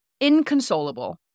inconsolable